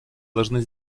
должны